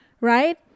Right